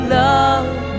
love